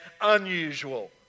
unusual